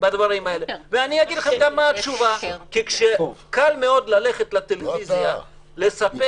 אגיד לכם גם מה התשובה: קל מאוד ללכת לטלוויזיה ולספר